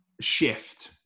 shift